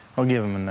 we'll give em